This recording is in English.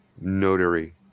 notary